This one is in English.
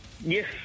Yes